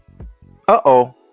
Uh-oh